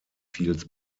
feels